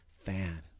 fan